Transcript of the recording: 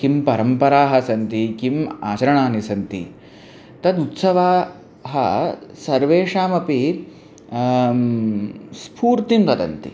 किं परम्पराः सन्ति किम् आचरणानि सन्ति तद् उत्सवाः सर्वेषामपि स्फूर्तिं वदन्ति